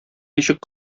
ничек